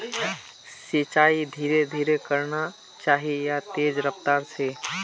सिंचाई धीरे धीरे करना चही या तेज रफ्तार से?